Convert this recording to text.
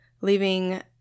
leaving